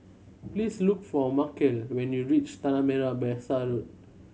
please look for Markell when you reach Tanah Merah Besar Road